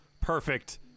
Perfect